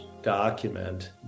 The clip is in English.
document